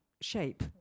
shape